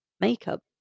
makeup